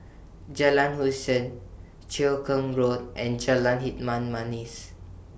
Jalan Hussein Cheow Keng Road and Jalan Hitam Manis